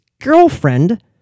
girlfriend